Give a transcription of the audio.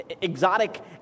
exotic